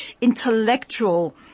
intellectual